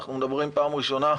אנחנו מדברים פעם ראשונה.